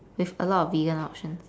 with a lot of vegan options